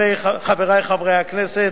חברי חברי הכנסת,